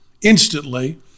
instantly